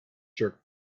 jerk